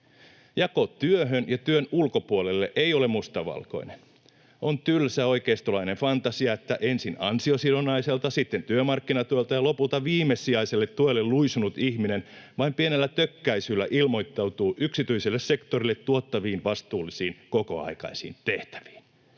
Jako työhön ja työn ulkopuolelle ei ole mustavalkoinen. On tylsä oikeistolainen fantasia, että ensin ansiosidonnaiselta, sitten työmarkkinatuelta lopulta viimesijaiselle tuelle luisunut ihminen vain pienellä tökkäisyllä ilmoittautuu yksityiselle sektorille tuottaviin, vastuullisiin kokoaikaisiin tehtäviin.